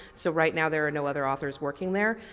so right now there are no other authors working there.